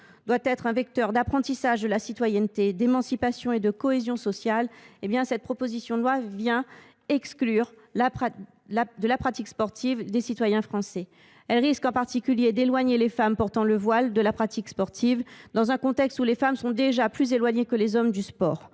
doit être un vecteur d’apprentissage de la citoyenneté, d’émancipation et de cohésion sociale, cette proposition de loi vient exclure de la pratique sportive des citoyens français. Elle risque en particulier d’éloigner les femmes portant le voile de la pratique sportive, alors que les femmes sont déjà plus éloignées du sport